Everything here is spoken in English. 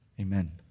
Amen